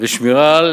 ושמירה על